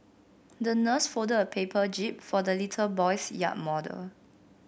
the nurse folded a paper jib for the little boy's yacht model